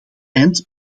eind